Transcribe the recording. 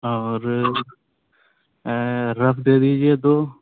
اور رف دے دیجیے دو